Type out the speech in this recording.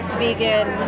vegan